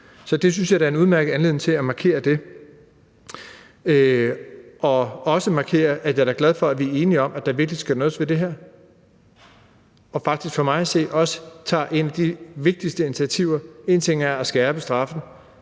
Så jeg synes da, at det er en udmærket anledning til at markere det. Jeg vil også markere, at jeg da er glad for, at vi er enige om, at der virkelig skal gøres noget ved det her. For mig at se tager vi faktisk et af de vigtigste initiativer. Én ting er at skærpe straffen,